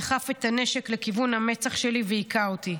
דחף את הנשק לכיוון המצח שלי והכה אותי.